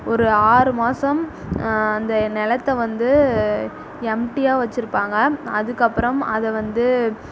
ஒரு ஆறு மாசம் இந்த நிலத்த வந்து எம்ட்டியாக வச்சுருப்பாங்க அதுக்கப்புறம் அதை வந்து